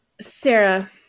Sarah